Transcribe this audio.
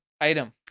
item